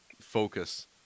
focus